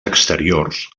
exteriors